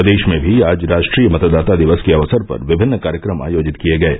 प्रदेश में भी आज राष्ट्रीय मतदाता दिवस के अवसर पर विभिन्न कार्यक्रम आयोजित किए गये